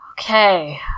Okay